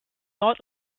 nord